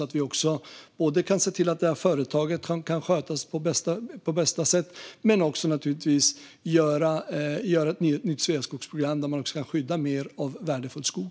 Det handlar om att se till att företaget kan skötas på bästa sätt och om att göra ett nytt Sveaskogsprogram, där man också kan skydda mer av värdefull skog.